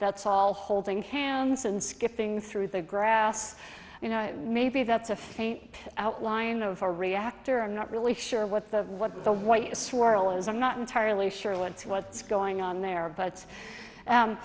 that's all holding hands and skipping through the grass you know maybe that's a faint outline of a reactor i'm not really sure what the what the white swirl is i'm not entirely sure what's what's going on there but